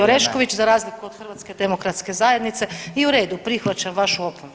Orešković za razliku od HDZ-a i u redu, prihvaćam vašu opomenu.